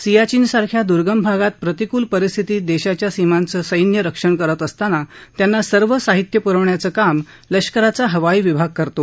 सियाचीनसारख्या द्दर्गम भागात प्रतिकल परिस्थितीत देशाच्या सीमांचं सैन्य संरक्षण करत असताना त्यांना सर्व सहित्य प्रवण्याचं काम लष्कराचं हवाई विभाग करतो